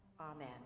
amen